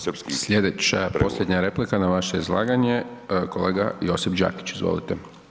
Slijedeća posljednja replika na vaše izlaganje kolega Josip Đakić, izvolite.